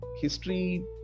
history